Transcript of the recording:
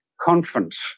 conference